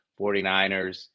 49ers